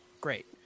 great